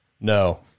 No